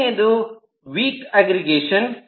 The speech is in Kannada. ಮೊದಲನೇಯದು ದುರ್ಬಲ ಅಗ್ರಿಗೇಷನ್